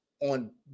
on